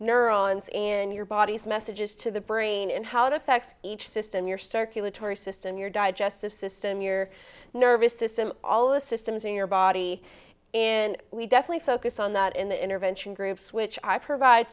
neurons in your body's messages to the brain and how it affects each system your circulatory system your digestive system your nervous system all of the systems in your body and we definitely focus on that in the intervention groups which i provide